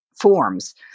forms